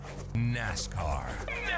NASCAR